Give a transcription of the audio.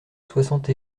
soixante